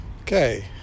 Okay